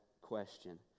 question